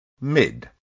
mid